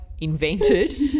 invented